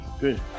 good